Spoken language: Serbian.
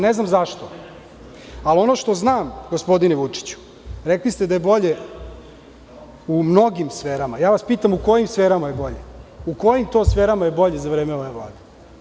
Ne znam zašto, ali ono što znam, gospodine Vučiću, rekli ste da je bolje u mnogim sferama, ja vas pitam u kojim to sferama je bolje za vreme ove Vlade?